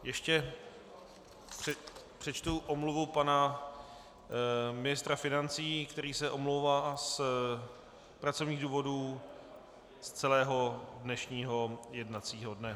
Ještě přečtu omluvu pana ministra financí, který se omlouvá z pracovních důvodů z celého dnešního jednacího dne.